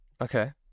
Okay